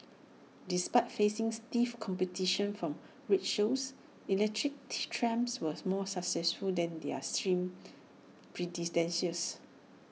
despite facing stiff competition from rickshaws electric trams were more successful than their steam predecessors